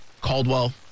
Caldwell